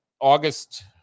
August